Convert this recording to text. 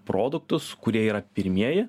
produktus kurie yra pirmieji